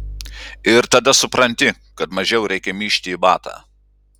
ir tada supranti kad mažiau reikia myžti į batą